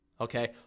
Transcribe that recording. okay